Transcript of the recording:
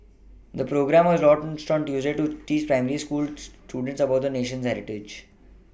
the programme was launched Tuesday to teach primary school students about the nation's heritage